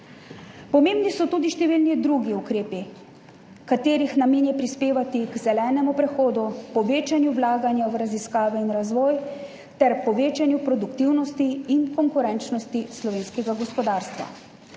Pomembni so tudi številni drugi ukrepi, katerih namen je prispevati k zelenemu prehodu, povečanju vlaganja v raziskave in razvoj ter povečanju produktivnosti in konkurenčnosti slovenskega gospodarstva.